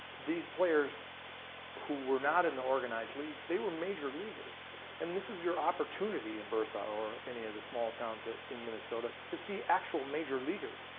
these players who were not in the organized leagues they were major leaguers and this is your opportunity in bertha or any of the small towns in minnesota to see actual major leaguers.